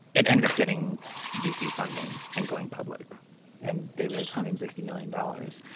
it ended up getting v c. funding and going public and they raised hundreds sixty million dollars.